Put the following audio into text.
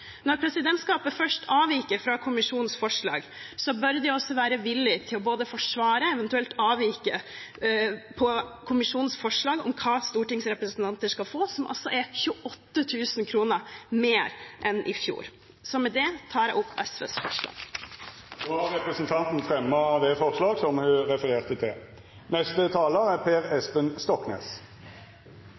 Når presidentskapet først avviker fra kommisjonens forslag, bør de også være villig til både å forsvare og, eventuelt, avvike fra kommisjonens forslag om hva stortingsrepresentanter skal få, som altså er 28 000 kr mer enn i fjor. Med dette tar jeg opp SVs forslag. Representanten Kari Elisabeth Kaski har teke opp det forslaget ho refererte til. Miljøpartiet De Grønne er